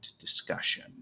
discussion